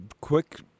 quick